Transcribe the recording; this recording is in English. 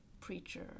preacher